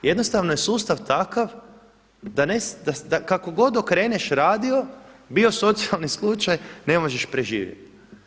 Jednostavno je sustav takav da kako god okreneš radio, bio socijalni slučaj ne možeš preživjeti.